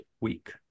week